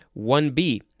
1B